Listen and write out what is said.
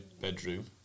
bedroom